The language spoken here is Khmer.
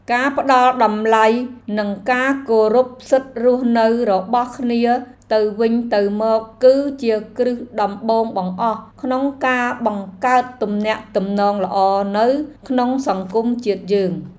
ការផ្តល់តម្លៃនិងការគោរពសិទ្ធិរស់នៅរបស់គ្នាទៅវិញទៅមកគឺជាគ្រឹះដំបូងបង្អស់ក្នុងការបង្កើតទំនាក់ទំនងល្អនៅក្នុងសង្គមជាតិយើង។